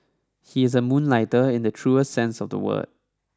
he is a moonlighter in the truest sense of the word